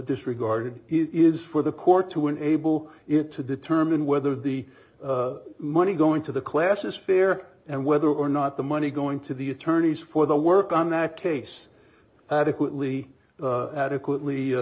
disregarded is for the court to enable it to determine whether the money going to the class is fair and whether or not the money going to the attorneys for the work on that case adequately adequately